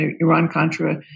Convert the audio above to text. Iran-Contra